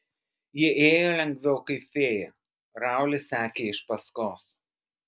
ji ėjo lengviau kaip fėja raulis sekė iš paskos